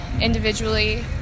individually